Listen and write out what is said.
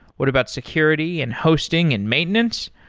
what about security and hosting and maintenance?